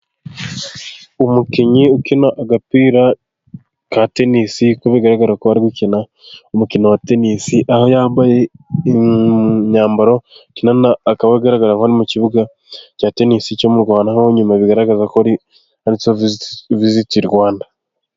Umukinnyi ukina agapira ka tenisi, ku bigaragara ko bari gukina umukino wa tenisi, aho yambaye imyambaro, akaba agaragara mu kibuga cya teinisi cyo mu Rwanda, nkaho nyuma bigaragaza ko handitseho Visiti Rwanda.